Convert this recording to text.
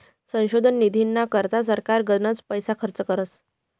संशोधन निधीना करता सरकार गनच पैसा खर्च करस